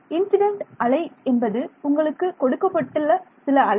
incident அலை என்பது உங்களுக்கு கொடுக்கப்பட்ட சில அலை